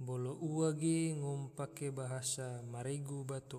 bolo ua ge ngom pake bahasa ma regu bato